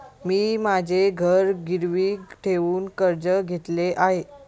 मी माझे घर गिरवी ठेवून कर्ज घेतले आहे